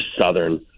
Southern